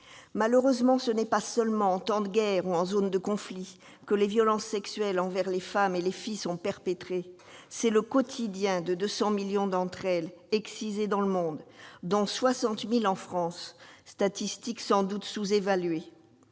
Malheureusement, ce n'est pas seulement en temps de guerre ou en zone de conflits que les violences sexuelles envers les femmes et les filles sont perpétrées. C'est aussi le quotidien des 200 millions de femmes excisées à travers le monde, dont 60 000 en France. Et ces statistiques sont certainement sous-évaluées